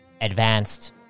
advanced